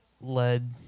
led